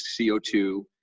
CO2